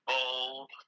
Bold